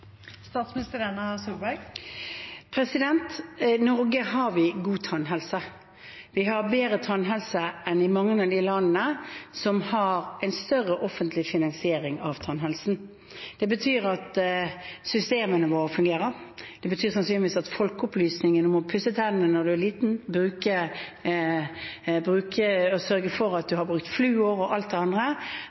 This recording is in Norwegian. I Norge har vi god tannhelse. Vi har bedre tannhelse enn i mange av de landene som har en større offentlig finansiering av tannhelsen. Det betyr at systemene våre fungerer. Det betyr sannsynligvis at folkeopplysningen om å pusse tennene når man er liten, å sørge for å bruke fluor og alt det andre, har gitt mange gode resultater. Så vi har